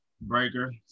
breaker